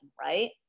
right